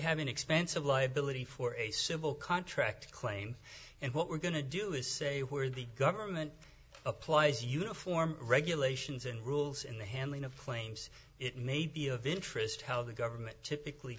having expensive liability for a civil contract claim and what we're going to do is say where the government applies uniform regulations and rules in the handling of claims it may be of interest how the government typically